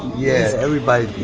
yeah, everybody